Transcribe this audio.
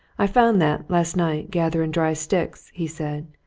i found that, last night, gathering dry sticks, he said.